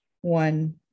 one